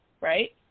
right